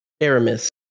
Aramis